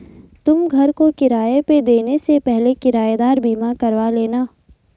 तुम घर को किराए पे देने से पहले किरायेदार बीमा करवा लेना